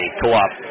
co-op